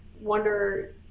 wonder